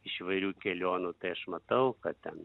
iš įvairių kelionių tai aš matau kad ten